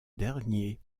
dernier